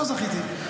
לא זכיתי.